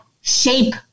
shape